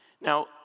Now